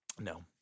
No